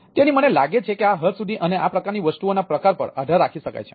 તેથી મને લાગે છે કે આ હદ સુધી અને આ પ્રકારની વધુ વસ્તુઓના પ્રકાર પર આધાર રાખી શકાય છે